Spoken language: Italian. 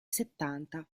settanta